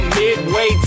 midway